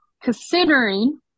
Considering